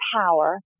power